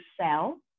sell